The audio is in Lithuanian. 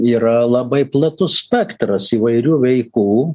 yra labai platus spektras įvairių veikų